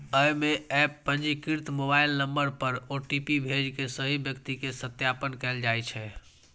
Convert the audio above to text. अय मे एप पंजीकृत मोबाइल नंबर पर ओ.टी.पी भेज के सही व्यक्ति के सत्यापन कैल जाइ छै